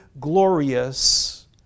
glorious